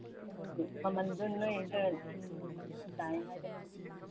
ꯑꯗꯨꯒꯤ ꯃꯃꯟꯗꯨ ꯅꯣꯏꯗ ꯈꯔ ꯇꯥꯏ ꯍꯥꯏꯗꯅ